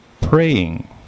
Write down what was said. praying